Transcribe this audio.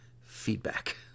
feedback